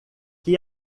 que